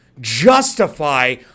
justify